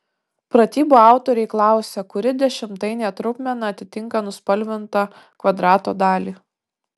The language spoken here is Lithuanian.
pratybų autoriai klausia kuri dešimtainė trupmena atitinka nuspalvintą kvadrato dalį